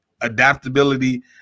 adaptability